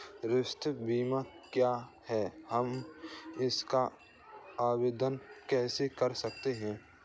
स्वास्थ्य बीमा क्या है हम इसका आवेदन कैसे कर सकते हैं?